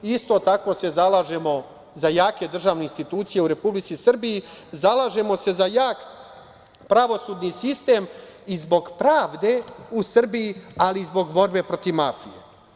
Isto tako se zalažemo za jake državne institucije u Republici Srbiji, zalažemo se za jak pravosudni sistem, i zbog pravde u Srbiji, ali i zbog borbe protiv mafije.